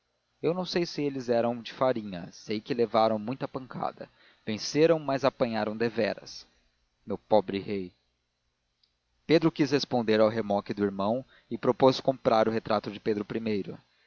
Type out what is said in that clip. eu não sei se eles eram de farinha sei que levaram muita pancada venceram mas apanharam deveras meu pobre rei pedro quis responder ao remoque do irmão e propôs comprar o retrato de pedro